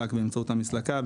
רק באמצעות המסלקה,